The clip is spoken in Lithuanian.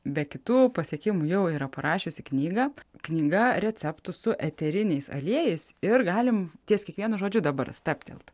be kitų pasiekimų jau yra parašiusi knygą knyga receptų su eteriniais aliejais ir galime ties kiekvienu žodžiu dabar stabtelt